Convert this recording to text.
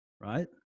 right